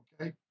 okay